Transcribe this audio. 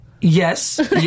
Yes